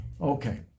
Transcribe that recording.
Okay